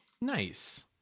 Nice